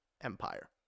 empire